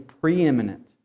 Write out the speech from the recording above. preeminent